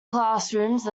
classrooms